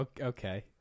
okay